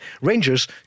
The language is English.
Rangers